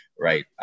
Right